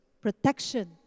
protection